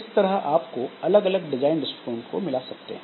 इस तरह आप अलग अलग डिजाइन दृष्टिकोण को मिला सकते हैं